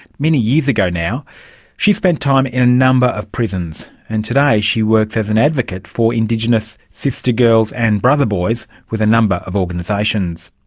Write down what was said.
many years ago now she spent time in a number of prisons, and today she works as an advocate for indigenous sistergirls and brotherboys with a number of organisations.